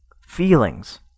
feelings